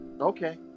Okay